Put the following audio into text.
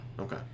Okay